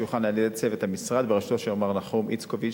שהוכן על-ידי צוות המשרד בראשותו של מר נחום איצקוביץ,